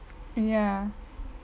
ya